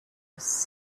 was